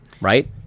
right